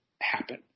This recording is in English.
happen